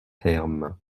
terme